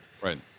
Right